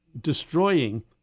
destroying